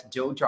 Joe